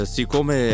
Siccome